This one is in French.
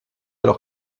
leur